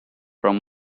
from